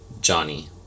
Johnny